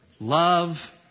Love